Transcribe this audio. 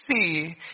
see